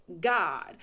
God